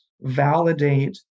validate